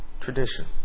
tradition